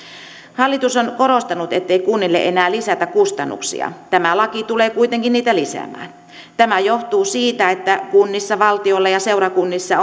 hallitus on korostanut ettei kunnille enää lisätä kustannuksia tämä laki tulee kuitenkin niitä lisäämään tämä johtuu siitä että kunnissa valtiolla ja seurakunnissa